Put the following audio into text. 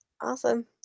awesome